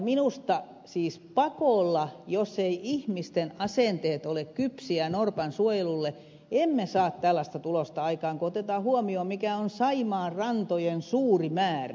minusta siis pakolla jos eivät ihmisten asenteet ole kypsiä norpan suojelulle emme saa tällaista tulosta aikaan kun otetaan huomioon mikä on saimaan rantojen suuri määrä